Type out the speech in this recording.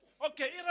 Okay